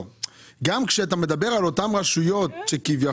גם כשאתה מדבר על אותן רשויות שכביכול,